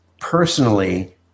personally